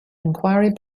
inquiry